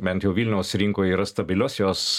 bent jau vilniaus rinkoj yra stabilios jos